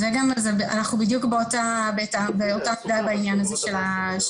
אנחנו בדיוק באותה דעה בעניין הזה של התקציב.